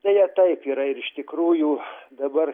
deja taip yra ir iš tikrųjų dabar